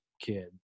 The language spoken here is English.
kid